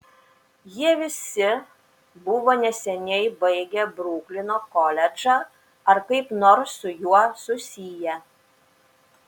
jie visi buvo neseniai baigę bruklino koledžą ar kaip nors su juo susiję